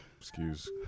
Excuse